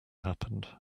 happened